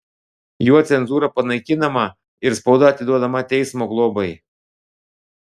juo cenzūra panaikinama ir spauda atiduodama teismo globai